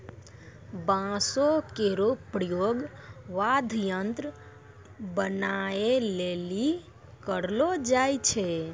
बांसो केरो प्रयोग वाद्य यंत्र बनाबए लेलि करलो जाय छै